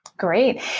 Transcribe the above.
Great